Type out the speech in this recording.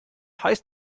heißt